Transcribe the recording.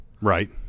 Right